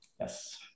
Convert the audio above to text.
yes